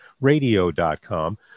Radio.com